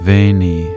Veni